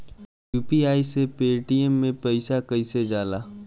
UPI से Paytm मे पैसा कइसे जाला?